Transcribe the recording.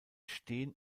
stehen